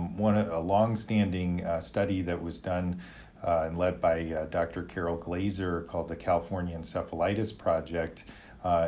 ah a long-standing study that was done and led by doctor carol glaser called the california encephalitis project